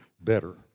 better